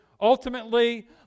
ultimately